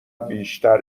بیشتر